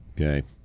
Okay